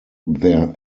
their